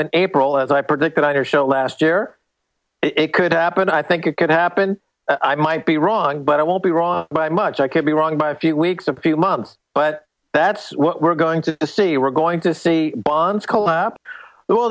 and april as i predicted on her show last year it could happen i think it could happen i might be wrong but i won't be wrong by much i could be wrong by a few weeks a few months but that's what we're going to see we're going to see bonds collapse well